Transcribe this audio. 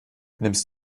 nimmst